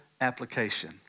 application